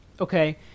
Okay